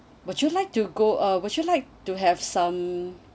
would you like to go uh would you like to have some